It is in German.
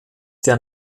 der